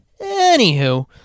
Anywho